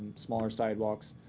smaller sidewalks,